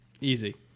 Easy